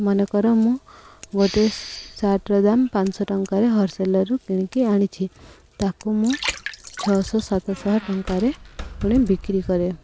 ମନେ କର ମୁଁ ଗୋଟେ ସାର୍ଟର ଦାମ ପାଞ୍ଚ ଶହ ଟଙ୍କାରେ ହୋଲ୍ସେଲର୍ରୁ କିଣିକି ଆଣିଛି ତାକୁ ମୁଁ ଛଅଶହ ସାତଶହ ଟଙ୍କାରେ ପୁଣି ବିକ୍ରି କରେ